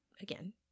again